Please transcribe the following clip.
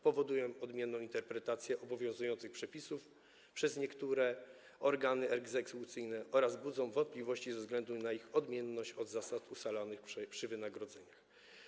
Powodują odmienną interpretację obowiązujących przepisów przez niektóre organy egzekucyjne oraz budzą wątpliwości ze względu na ich odmienność od zasad ustalanych przy wynagrodzeniach.